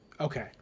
okay